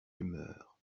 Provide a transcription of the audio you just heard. humeur